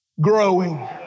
Growing